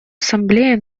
ассамблея